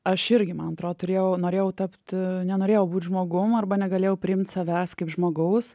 aš irgi mantrą turėjau norėjau tapti nenorėjau būti žmogumi arba negalėjau priimti savęs kaip žmogaus